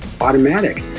automatic